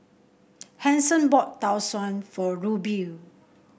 Hanson bought Tau Suan for Rubye